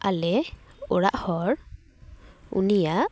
ᱟᱞᱮ ᱚᱲᱟᱜ ᱦᱚᱲ ᱩᱱᱤᱭᱟᱜ